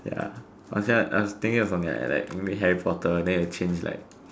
ya I say uh I was thinking something I like maybe Harry-Potter then it change like